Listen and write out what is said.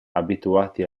abituati